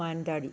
മാൻതാടി